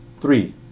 Three